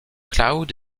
cloud